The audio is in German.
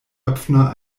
höpfner